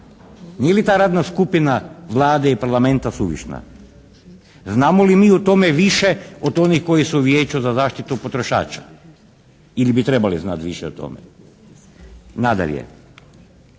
Nije li ta radna skupina Vlade i Parlamenta suvišna? Znamo li mi o tome više od onih koji su u Vijeću za zaštitu potrošača? Ili bi trebali znati više o tome? Nadalje,